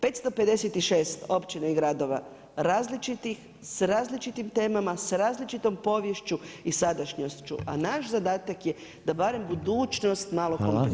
556 općina i gradova različitih s različitim temama, s različitom poviješću i sadašnjošću, a naš zadatak je da barem budućnost malo kompenziramo.